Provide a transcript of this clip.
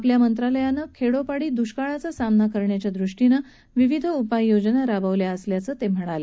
आपल्या मंत्रालयानं खेडोपाडी द्ष्काळाचा सामना करण्याच्या दृष्टीनं विविध उपाययोजना राबवल्या असल्याचं ते म्हणाले